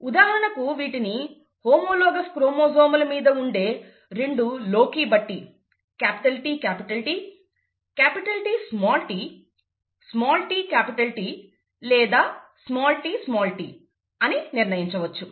ఉదాహరణకు వీటిని హోమోలాగస్ క్రోమోజోమ్ల మీద ఉండే రెండు లోకై ని బట్టి TT Tt tT లేదా tt అని నిర్ణయించవచ్చు